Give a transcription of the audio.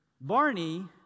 Barney